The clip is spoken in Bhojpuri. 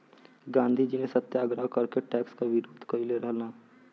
गांधीजी ने सत्याग्रह करके टैक्स क विरोध कइले रहलन